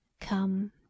come